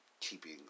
keeping